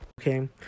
Okay